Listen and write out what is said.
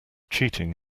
cheating